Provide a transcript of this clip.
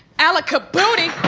alakabooty.